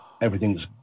everything's